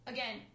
Again